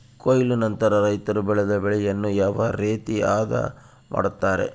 ಕೊಯ್ಲು ನಂತರ ರೈತರು ಬೆಳೆದ ಬೆಳೆಯನ್ನು ಯಾವ ರೇತಿ ಆದ ಮಾಡ್ತಾರೆ?